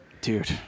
dude